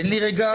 תן לי רגע להבין.